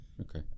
okay